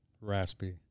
raspy